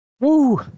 Woo